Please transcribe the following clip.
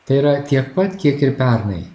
tai yra tiek pat kiek ir pernai